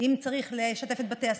אם צריך לשתף את בתי הספר,